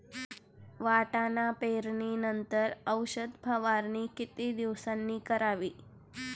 वाटाणा पेरणी नंतर औषध फवारणी किती दिवसांनी करावी?